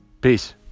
Peace